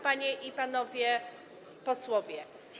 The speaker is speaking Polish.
Panie i Panowie Posłowie!